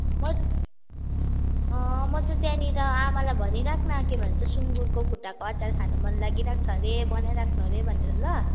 म अँ म चाहिँ त्यहाँनिर आमालाई भनिराख् न सुङ्गुरको खुट्टाको अचार खान मन लागिरहेको छ अरे बनाइराख्नु अरे भनेर ल